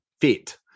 fit